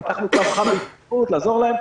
פתחנו קו חם לעזור להם.